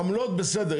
עמלות בסדר,